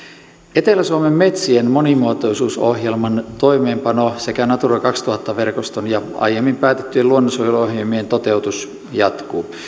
etelä suomen metsien monimuotoisuusohjelman toimeenpano sekä natura kaksituhatta verkoston ja aiemmin päätettyjen luonnonsuojeluohjelmien toteutus jatkuu